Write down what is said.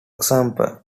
example